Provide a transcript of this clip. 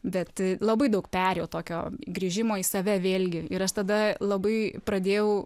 bet labai daug perėjo tokio grįžimo į save vėlgi ir aš tada labai pradėjau